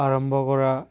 আৰম্ভ কৰা